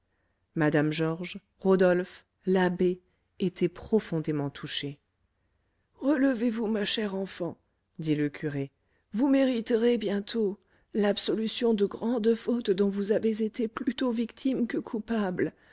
mme georges rodolphe l'abbé étaient profondément touchés relevez-vous ma chère enfant dit le curé vous mériterez bientôt l'absolution de grandes fautes dont vous avez été plutôt victime que coupable